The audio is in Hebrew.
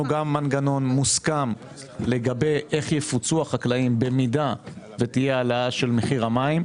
מנגנון מוסכם לגבי איך יפוצו החקלאים במידה ותהיה עלייה במחיר המים.